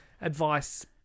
advice